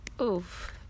oof